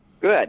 good